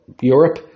Europe